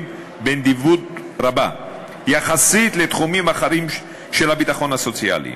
בנדיבות רבה יחסית לתחומים אחרים של הביטחון הסוציאלי.